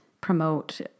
promote